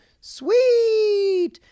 Sweet